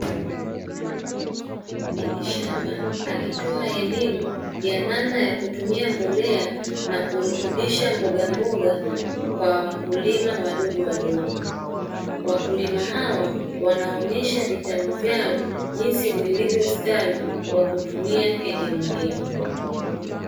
Bibi shamba akitoa elimu ya namna ya kutumia mbolea na kurutubisha mbogamboga kwa wakulima wadogowadogo, wakulima hawa wanaonyesha vitalu vyao jinsi vilivyostawi kwa kutumia elimu hiyo.